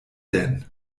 denn